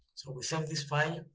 so we save this file,